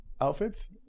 outfits